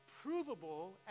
provable